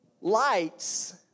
lights